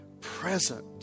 present